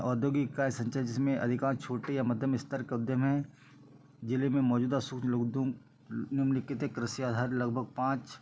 औद्योगिक कार्य संचय जिसमें अधिकांश छोटे या मध्यम स्तर के उद्य में जिले में मौजूदा सूक्ष्म उद्दूम निम्नलिखित है कृषि आधार लगभग पाँच